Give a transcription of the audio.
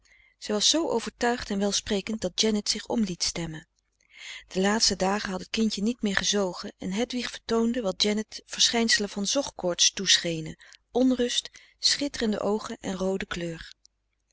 zij was zoo overtuigd en welsprekend dat janet zich om liet stemmen de laatste dagen had het kindje niet meer gezogen en hedwig vertoonde wat janet verschijnselen van zog koorts toeschenen onrust schitterende oogen en roode kleur